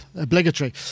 Obligatory